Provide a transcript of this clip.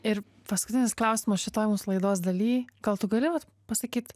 ir paskutinis klausimas šitoj mūsų laidos dalyj gal tu gali vat pasakyt